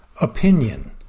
Opinion